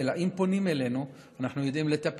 אם פונים אלינו, אנחנו יודעים לטפל.